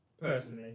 Personally